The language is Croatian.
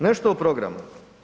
Nešto o programu.